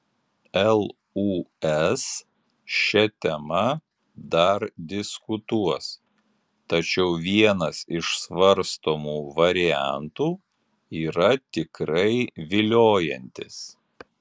lūs šia tema dar diskutuos tačiau vienas iš svarstomų variantų yra tikrai viliojantis